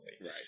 Right